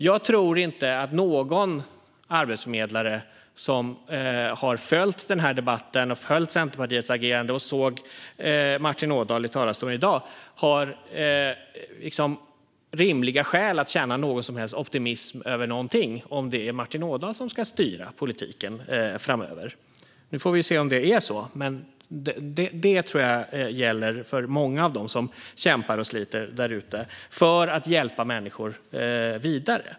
Jag tror inte att någon arbetsförmedlare som har följt den här debatten och Centerpartiets agerande och som såg Martin Ådahl i talarstolen i dag har rimliga skäl att känna någon som helst optimism över någonting om det är Martin Ådahl som ska styra politiken framöver. Nu får vi se om det är så, men det tror jag gäller för många av dem som kämpar och sliter där ute för att hjälpa människor vidare.